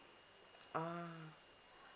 ah